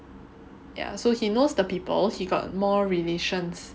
ya so he knows the people he got more relations